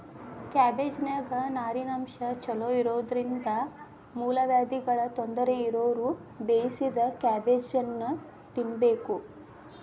ಕ್ಯಾಬಿಜ್ನಾನ್ಯಾಗ ನಾರಿನಂಶ ಚೋಲೊಇರೋದ್ರಿಂದ ಮೂಲವ್ಯಾಧಿಗಳ ತೊಂದರೆ ಇರೋರು ಬೇಯಿಸಿದ ಕ್ಯಾಬೇಜನ್ನ ತಿನ್ಬೇಕು